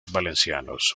valencianos